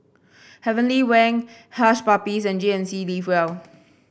Heavenly Wang Hush Puppies and G N C Live Well